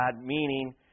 meaning